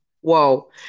Whoa